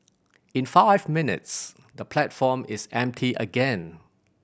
in five minutes the platform is empty again